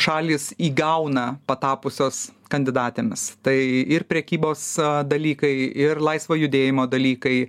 šalys įgauna patapusios kandidatėmis tai ir prekybos dalykai ir laisvo judėjimo dalykai